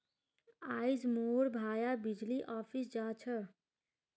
आइज मोर भाया बिजली ऑफिस जा छ